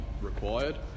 required